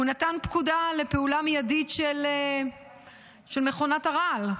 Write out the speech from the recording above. הוא נתן פקודה לפעולה מיידית של מכונת הרעל,